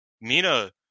Mina